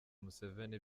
museveni